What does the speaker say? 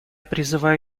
призываю